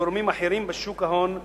וגורמים אחרים בשוק ההון,